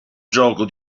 gioco